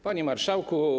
Panie Marszałku!